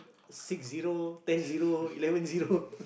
six zero ten zero eleven zero